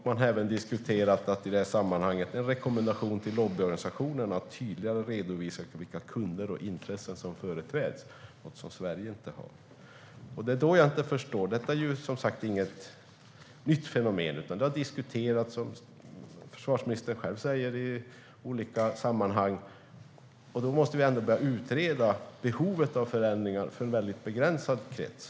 Man har även i det här sammanhanget diskuterat en rekommendation till lobbyorganisationer att tydligare redovisa vilka kunder och intressen som företräds, vilket Sverige inte har. Detta är som sagt inget nytt fenomen, utan det har, som försvarsministern själv säger, diskuterats i olika sammanhang, och då måste vi börja utreda behovet av förändringar för en mycket begränsad krets.